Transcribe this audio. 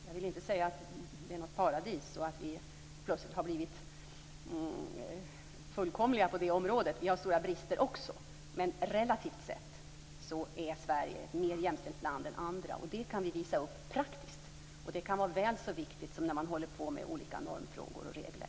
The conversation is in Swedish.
Jag vill inte säga att det är ett paradis, att vi plötsligt har blivit fullkomliga på det området. Vi har stora brister också, men relativt sett är Sverige ett mer jämställt land än andra. Det kan vi visa upp praktiskt. Det kan vara väl så viktigt som olika normfrågor och regler.